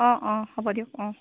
অঁ অঁ হ'ব দিয়ক অঁ